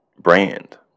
brand